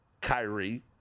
Kyrie